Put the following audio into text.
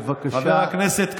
בבקשה.